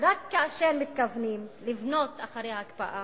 רק כאשר מתכוונים לבנות אחרי ההקפאה.